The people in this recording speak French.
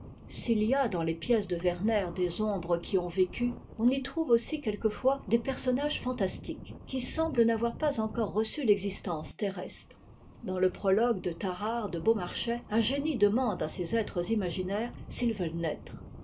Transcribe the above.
s'il y a dans les pièces de werner des ombres qui ont vécu on y trouve aussi quelquefois des personnages fantastiques qui semblent n'avoir pas encore reçu l'existence terrestre dans le prologue de tarare de beaumarchais un génie demande à ces êtres imaginaires s'ils veulent